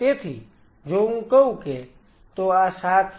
તેથી જો હું કહું કે તો આ 7 છે